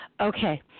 Okay